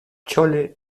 chole